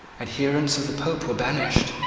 adherents of the pope were banished.